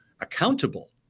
accountable